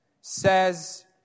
says